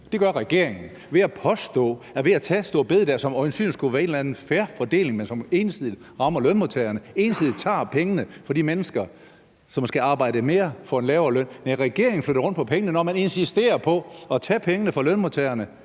Det gør regeringen ved at påstå, at det at tage store bededag øjensynligt skulle være udtryk for en eller anden fair fordeling, men ensidigt rammer lønmodtagerne, ensidigt tager pengene fra de mennesker, som skal arbejde mere for en lavere løn. Næh, regeringen flytter rundt på pengene, når man insisterer på at tage pengene fra lønmodtagerne